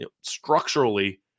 structurally